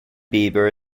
bieber